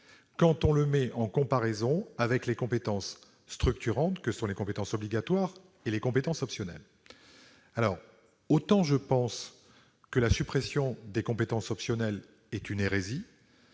définition limité par comparaison avec celui des compétences structurantes que sont les compétences obligatoires et les compétences optionnelles. Je pense que la suppression des compétences optionnelles est une hérésie